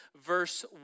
verse